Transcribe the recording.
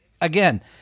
again